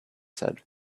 said